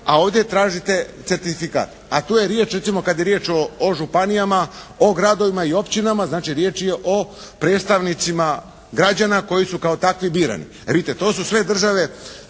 a ovdje tražite certifikat, a tu je riječ recimo kad je riječ o županijama, o gradovima i općinama. Znači riječ je o predstavnicima građana koji su kao takvi birani. Jer vidite to su sve države.